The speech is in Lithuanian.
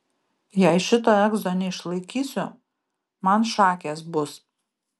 jei šito egzo neišlaikysiu man šakės bus